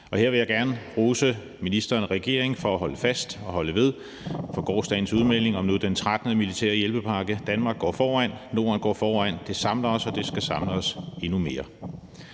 Og her vil jeg gerne rose ministeren og regeringen for at holde fast og holde ved og for gårsdagens udmelding om den nu 13. militære hjælpepakke. Danmark går foran. Norden går foran. Det samler os, og det skal samle os endnu mere.